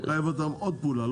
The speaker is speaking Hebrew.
זה מחייב אותם בעוד פעולה.